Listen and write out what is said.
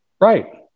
Right